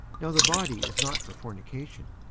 now the body is not for fornication,